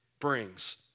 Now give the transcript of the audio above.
brings